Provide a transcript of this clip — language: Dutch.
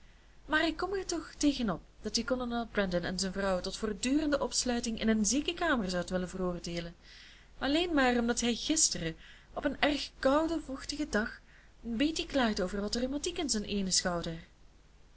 maar ik kom er toch tegenop dat je kolonel brandon en zijn vrouw tot voortdurende opsluiting in een ziekenkamer zoudt willen veroordeelen alleen maar omdat hij gisteren op een erg kouden vochtigen dag een beetje klaagde over wat rheumatiek in zijn eenen schouder